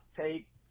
take